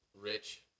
rich